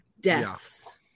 deaths